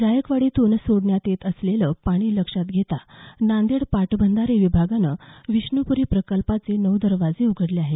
जायकवाडीतून सोडण्यात येत असलेलं पाणी लक्षात घेता नांदेड पाटबंधारे विभागानं विष्णूप्री प्रकल्पाचे नऊ दरवाजे उघडले आहेत